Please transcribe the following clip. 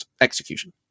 execution